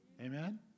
Amen